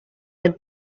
del